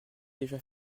déjà